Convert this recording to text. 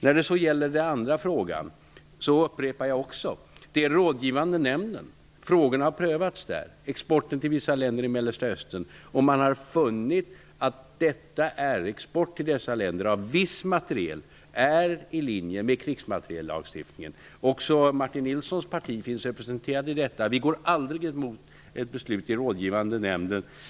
När det gäller den andra frågan upprepar jag att frågorna om export till vissa länder i Mellersta Östern har prövats i rådgivande nämnden. Man har funnit att export till dessa länder av viss materiel är i linje med krigsmateriellagstiftningen. Vi går aldrig emot ett beslut i rådgivande nämnden.